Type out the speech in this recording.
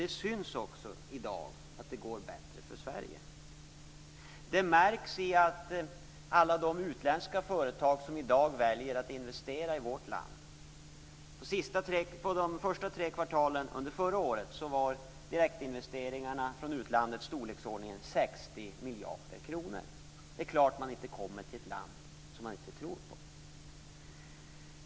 Det syns också i dag att det går bättre för Sverige. Det märks på alla utländska företag som väljer att investera i vårt land. Under de första tre kvartalen förra året uppgick de utländska direktinvesteringarna till i storleksordningen 60 miljarder kronor. Det är klart att man inte investerar i ett land som man inte tror på.